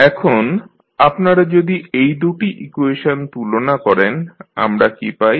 এখন আপনারা যদি এই দু'টি ইকুয়েশন তুলনা করেন আমরা কী পাই